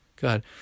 god